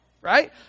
right